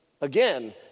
Again